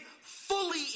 fully